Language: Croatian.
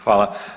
Hvala.